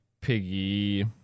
Piggy